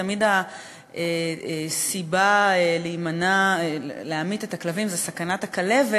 תמיד הסיבה להמית את הכלבים היא סכנת הכלבת,